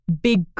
big